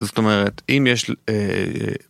זאת אומרת אם יש